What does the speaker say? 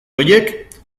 horiek